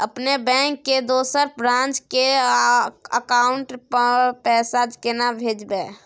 अपने बैंक के दोसर ब्रांच के अकाउंट म पैसा केना भेजबै?